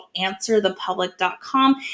AnswerThePublic.com